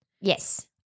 Yes